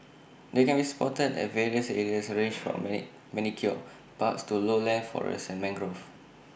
they can be spotted at various areas ranged from many manicured parks to lowland forests and mangroves